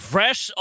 Fresh